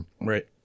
Right